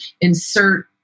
insert